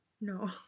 no